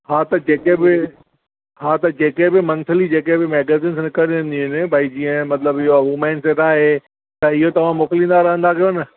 हा त जेके ॿि हा त जेके ॿि मंथली जेके बि मेगाज़ीन्स निकिरंदियूं आहिनि जेके भई जीअं मतिलबु इहो वूमेंस जेका आहे त इहो तव्हां मोकिलींदा रहंदा कयो न